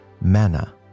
manna